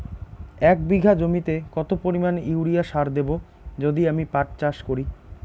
এক বিঘা জমিতে কত পরিমান ইউরিয়া সার দেব যদি আমি পাট চাষ করি?